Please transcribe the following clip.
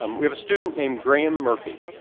um we have a student named graham murphy.